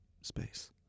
Space